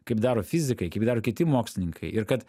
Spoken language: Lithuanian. kaip daro fizikai kaip daro kiti mokslininkai ir kad